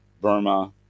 Burma